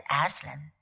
Aslan